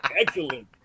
excellent